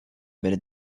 werdet